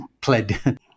pled